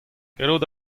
gallout